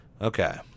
Okay